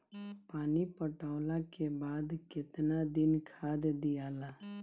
पानी पटवला के बाद केतना दिन खाद दियाला?